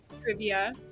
trivia